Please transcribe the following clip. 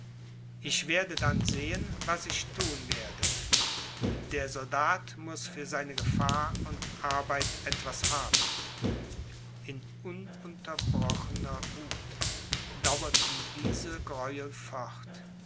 ich werde dann sehen was ich thun werde der soldat muß für seine gefahr und arbeit etwas haben in ununterbrochener wuth dauerten diese gräuel fort